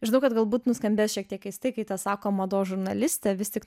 žinau kad galbūt nuskambės šiek tiek keistai kai tą sako mados žurnalistė vis tik